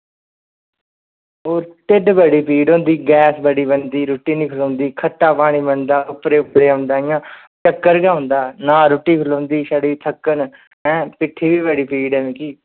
होर ढिड्ड बड़ी पीड़ होंदी गैस बड़ी बनदी खट्टा पानी बनदा उप्परै उप्परै गी औंदा इंया चक्कर गै औंदा ना रुट्टी खनोंदी छड़ा चक्कर पिट्ठी बी बड़ी पीड़ ऐ मिगी